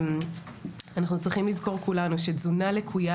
אנחנו צריכים לזכור כולנו שתזונה לקויה